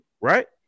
right